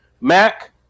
mac